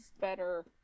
better